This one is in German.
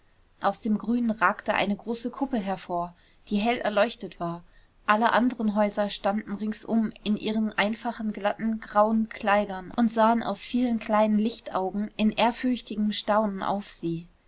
aus dem grünen ragte eine große kuppel hervor die hell erleuchtet war alle anderen häuser standen ringsum in ihren einfachen glatten grauen kleidern und sahen aus vielen kleinen lichtaugen in ehrfürchtigem staunen auf sie